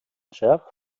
jeff